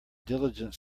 diligent